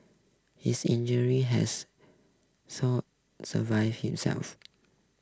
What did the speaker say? his injury has so survived himself